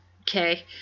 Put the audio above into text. okay